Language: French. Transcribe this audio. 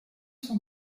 sont